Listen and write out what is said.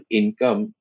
income